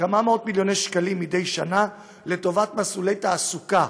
כמה מאות מיליוני שקלים מדי שנה לטובת מסלולי תעסוקה.